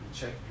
Check